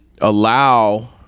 allow